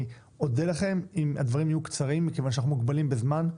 אודה לכם אם הדברים יהיו קצרים מכיוון שאנחנו מוגבלים בזמן.